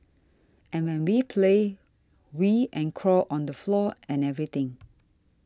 and when we play we and crawl on the floor and everything